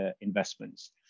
investments